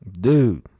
Dude